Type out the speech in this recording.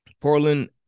Portland